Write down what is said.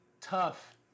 tough